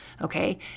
Okay